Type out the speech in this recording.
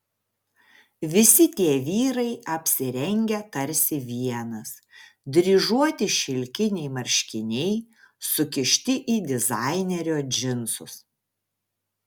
visi tie vyrai apsirengę tarsi vienas dryžuoti šilkiniai marškiniai sukišti į dizainerio džinsus